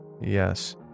Yes